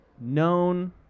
known